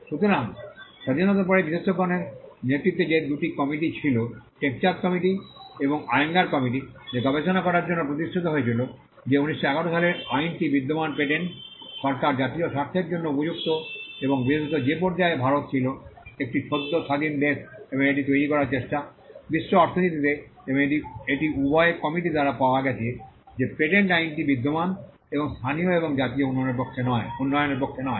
সুতরাং স্বাধীনতার পরে বিশেষজ্ঞগণের নেতৃত্বে দুটি কমিটি ছিল টেক চাঁদ কমিটি এবং আয়ঙ্গার কমিটি যা গবেষণা করার জন্য প্রতিষ্ঠিত হয়েছিল যে 1911 সালের আইনটি বিদ্যমান পেটেন্ট সরকার জাতীয় স্বার্থের জন্য উপযুক্ত এবং বিশেষত যে পর্যায়ে ভারত ছিল একটি সদ্য স্বাধীন দেশ এবং এটি তৈরির চেষ্টা বিশ্ব অর্থনীতিতে এবং এটি উভয় কমিটি দ্বারা পাওয়া গেছে যে পেটেন্ট আইনটি বিদ্যমান এবং স্থানীয় এবং জাতীয় উন্নয়নের পক্ষে নয়